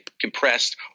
compressed